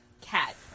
cat